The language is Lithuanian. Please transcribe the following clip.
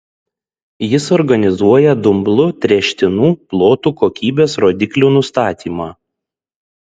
jis organizuoja dumblu tręštinų plotų kokybės rodiklių nustatymą